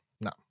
no